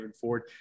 Ford